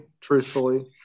truthfully